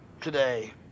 today